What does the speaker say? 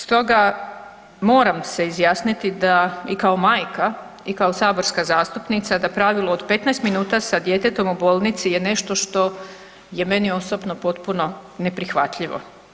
Stoga moram se izjasniti da i kao majka i kao saborska zastupnica da pravilo od 15 minuta sa djetetom u bolnici je nešto što je meni osobno potpuno neprihvatljivo.